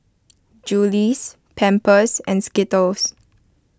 Julie's Pampers and Skittles